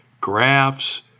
graphs